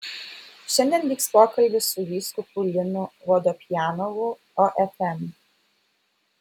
šiandien vyks pokalbis su vyskupu linu vodopjanovu ofm